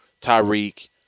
Tyreek